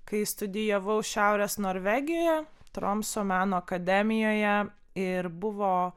kai studijavau šiaurės norvegijoje tromso meno akademijoje ir buvo